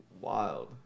Wild